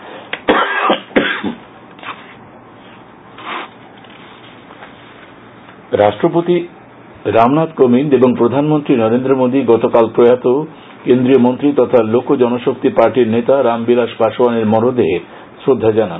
রামনাখ কোবিন্দ রাষ্ট্রপতি রামনাথ কোবিন্দ এবং প্রধানমন্ত্রী নরেন্দ্র মোদি গতকাল প্রয়াত কেন্দ্রীয় মন্ত্রী তখা লোক জনশক্তি পার্টির নেতা রামবিলাস পাশোয়ানের মরদেহে শ্রদ্ধা জানান